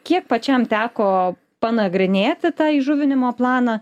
kiek pačiam teko panagrinėti tą įžuvinimo planą